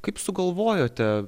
kaip sugalvojote